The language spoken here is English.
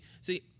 see